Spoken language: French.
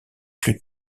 plus